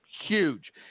huge